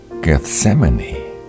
Gethsemane